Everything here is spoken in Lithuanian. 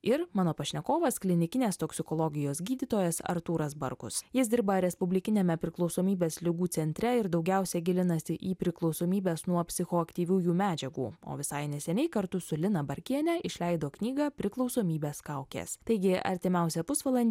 ir mano pašnekovas klinikinės toksikologijos gydytojas artūras barkus jis dirba respublikiniame priklausomybės ligų centre ir daugiausia gilinasi į priklausomybes nuo psichoaktyviųjų medžiagų o visai neseniai kartu su lina barkiene išleido knygą priklausomybės kaukės taigi artimiausią pusvalandį